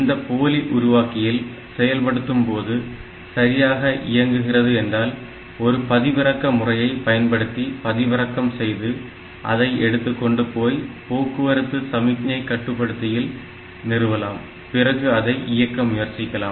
இந்த போலி உருவாக்கியில் செயல்படுத்தும்போது சரியாக இயங்குகிறது என்றால் ஒரு பதிவிறக்க முறையை பயன்படுத்தி பதிவிறக்கம் செய்து அதை எடுத்துக்கொண்டு போய் போக்குவரத்து சமிக்ஞை கட்டுப்படுத்தியில் நிறுவலாம் பிறகு அதை இயக்க முயற்ச்சிக்கலாம்